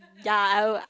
ya I'll